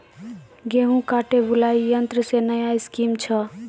गेहूँ काटे बुलाई यंत्र से नया स्कीम छ?